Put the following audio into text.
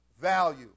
value